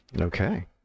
okay